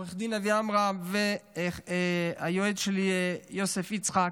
עו"ד אבי עמרם, והיועץ שלי יוסף יצחק.